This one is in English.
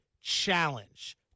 challenge